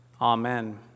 Amen